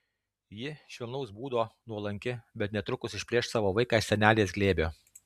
ji švelnaus būdo nuolanki bet netrukus išplėš savo vaiką iš senelės glėbio